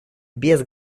без